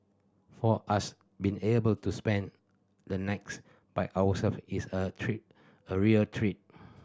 for us being able to spend the by ourselves is a treat a real treat